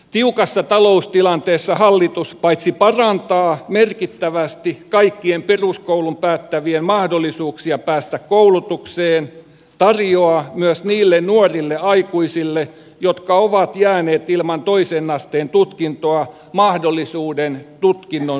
tiukassa taloustilanteessa hallitus paitsi parantaa merkittävästi kaikkien peruskoulun päättävien mahdollisuuksia päästä koulutukseen myös tarjoaa niille nuorille aikuisille jotka ovat jääneet ilman toisen asteen tutkintoa mahdollisuuden tutkinnon suorittamiseen